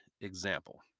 example